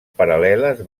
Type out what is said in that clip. paral·leles